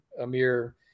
Amir